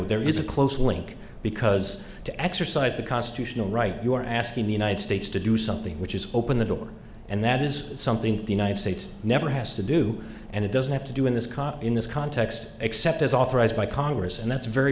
there is a close link because to exercise the constitutional right you are asking the united states to do something which is open the door and that is something that the united states never has to do and it doesn't have to do in this cop in this context except as authorized by congress and that's very